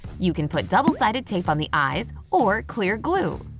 you can put double-sided tape on the eyes or clear glue.